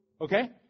Okay